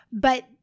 but-